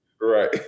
Right